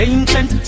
Ancient